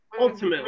Ultimately